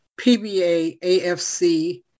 pbaafc